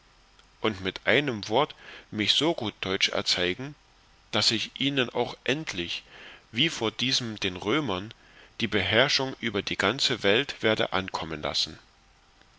und mit einem wort mich so gut teutsch erzeigen daß ich ihnen auch endlich wie vor diesem den römern die beherrschung über die ganze welt werde ankommen lassen